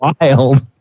wild